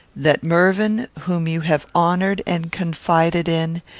that mervyn, whom you have honoured and confided in,